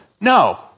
no